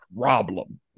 problem